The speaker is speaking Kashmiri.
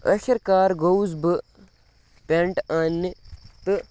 ٲخِر کار گوٚوُس بہٕ پٮ۪نٛٹ آنٛنہِ تہٕ